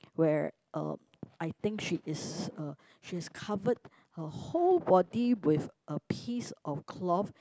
where uh I think she is uh she has covered her whole body with a piece of cloth